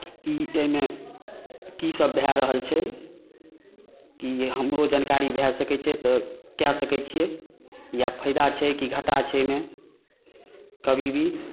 कि एहिमे की सब भए रहल छै कि हमरो जानकारी भए सकै छै तऽ कए सकै छियै या फायदा छै कि घाटा छै एहिमे कभी भी